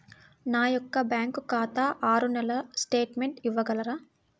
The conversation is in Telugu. నా యొక్క బ్యాంకు ఖాతా ఆరు నెలల స్టేట్మెంట్ ఇవ్వగలరా?